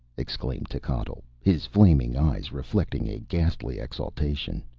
exclaimed techotl, his flaming eyes reflecting a ghastly exultation.